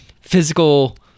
physical